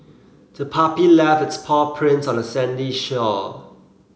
the puppy left its paw prints on the sandy shore